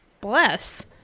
Bless